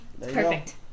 Perfect